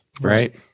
right